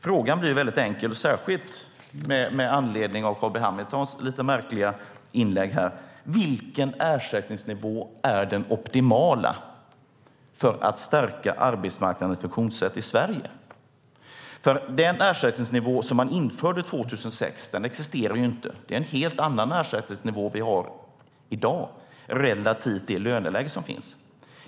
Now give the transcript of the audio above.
Frågan blir väldigt enkel, särskilt med anledning av Carl B Hamiltons lite märkliga inlägg här: Vilken ersättningsnivå är den optimala för att stärka arbetsmarknadens funktionssätt i Sverige? Den ersättningsnivå som man införde 2006 existerar ju inte. Vi har en helt annan ersättningsnivå i dag, relativt det löneläge som råder.